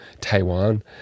Taiwan